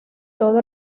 todo